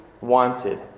wanted